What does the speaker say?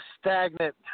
stagnant